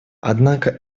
однако